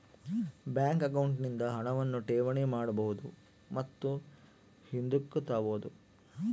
bank account ನಿಂದ ಹಣವನ್ನು ಠೇವಣಿ ಮಾಡಬಹುದು ಮತ್ತು ಹಿಂದುಕ್ ತಾಬೋದು